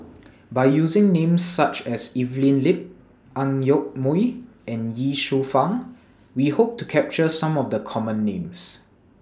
By using Names such as Evelyn Lip Ang Yoke Mooi and Ye Shufang We Hope to capture Some of The Common Names